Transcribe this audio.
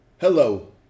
Hello